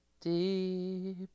deep